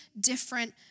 different